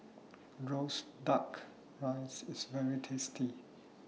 Roasted Duck Rice IS very tasty